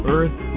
Earth